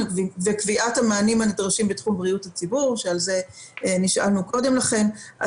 וקביעת המענים הנדרשים בתחום בריאות הציבור שעל זה נשאלנו קודם לכן.